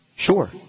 Sure